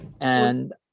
And-